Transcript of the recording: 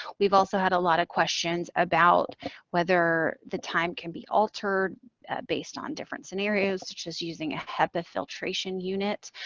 we've also had a lot of questions about whether the time can be altered based on different scenarios, such as using a hepa filtration unit.